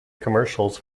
commercials